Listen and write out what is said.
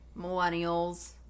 millennials